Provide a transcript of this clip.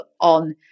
on